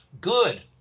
good